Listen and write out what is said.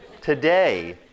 Today